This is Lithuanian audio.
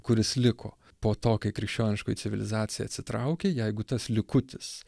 kuris liko po to kai krikščioniškoji civilizacija atsitraukia jeigu tas likutis